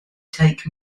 take